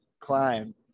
climb